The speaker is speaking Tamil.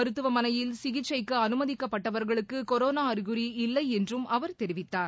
மருத்துவமனையில் சிகிச்சைக்கு அனுமதிக்கப்பட்டவர்களுக்குகொரோனாஅறிகுறி இல்லைஎன்றும் அவர் தெரிவித்தார்